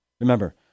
Remember